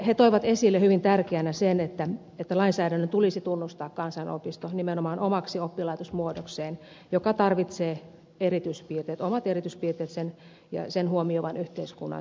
he toivat esille hyvin tärkeänä sen että lainsäädännön tulisi tunnustaa kansanopisto nimenomaan omaksi oppilaitosmuodokseen joka tarvitsee omat erityispiirteet ja sen huomioivan yhteiskunnan tuen